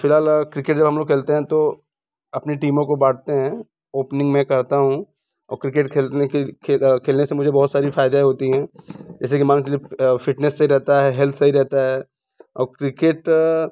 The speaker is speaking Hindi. फिलहाल क्रिकेट जब हम लोग खेलते हैं तो अपनी टीमों को बांटते हैं ओपनिंग मैं करता हूँ और क्रिकेट खेलने के खेलने से मुझे बहुत सारी फायदे होती हैं जैसे कि मान फिटनेस सही रहता है हेल्थ सही रहता है और क्रिकेट